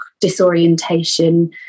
disorientation